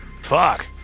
Fuck